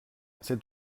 c’est